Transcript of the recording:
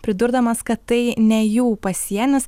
pridurdamas kad tai ne jų pasienis